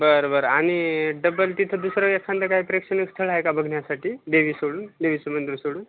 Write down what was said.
बरं बर आणि डबल तिथं दुसरं एखादं काही प्रेक्षणीय स्थळ आहे का बघण्यासाठी देवी सोडून देवीसं मंदिर सोडून